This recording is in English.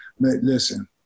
listen